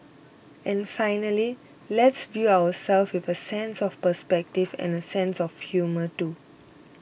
and finally let's view ourselves with a sense of perspective and a sense of humour too